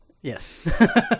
yes